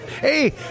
hey